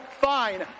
fine